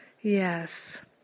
Yes